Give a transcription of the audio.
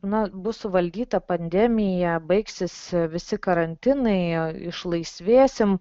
na bus suvaldyta pandemija baigsis visi karantinai išlaisvėsim